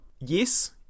Yes